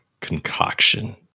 concoction